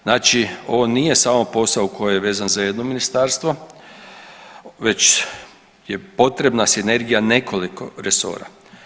Znači ovo nije samo posao koji je vezan za samo jedno ministarstvo već je potrebna sinergija nekoliko resora.